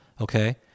Okay